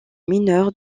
mineure